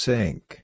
Sink